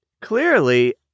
Clearly